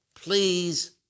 please